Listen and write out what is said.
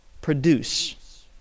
produce